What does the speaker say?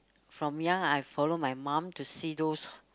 from young I follow my mom to see those